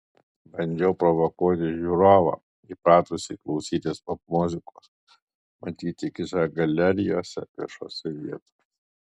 bandžiau provokuoti žiūrovą įpratusį klausytis popmuzikos matyti kičą galerijose viešose vietose